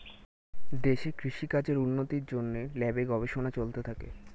দেশে কৃষি কাজের উন্নতির জন্যে ল্যাবে গবেষণা চলতে থাকে